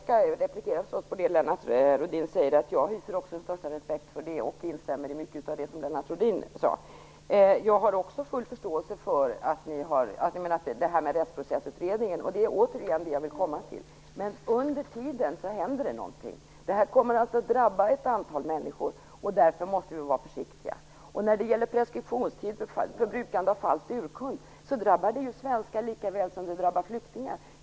Fru talman! Jag hyser största respekt för och instämmer i mycket av det som Lennart Rohdin sade. Jag har också full förståelse för uppfattningen om Under den tid som utredningen pågår händer det saker. Ett antal människor kommer att drabbas. Därför måste vi vara försiktiga. Preskriptionstiden för brukande av falsk urkund drabbar ju svenskar lika väl som flyktingar.